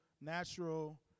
natural